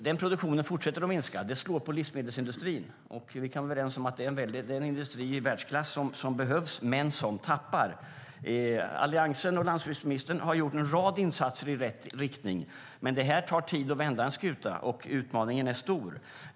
Den produktionen fortsätter att minska, och det slår mot livsmedelsindustrin. Vi kan väl vara överens om att det är en industri i världsklass som behövs men som tappar. Alliansen och landsbygdsministern har gjort en rad insatser i rätt riktning, men det tar tid att vända skutan. Utmaningen är stor.